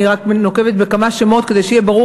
אני רק נוקבת בכמה שמות כדי שיהיה ברור